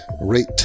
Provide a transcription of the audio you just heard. rate